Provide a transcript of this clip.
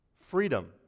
Freedom